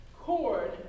cord